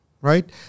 right